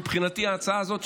מבחינתי ההצעה הזאת,